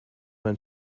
mein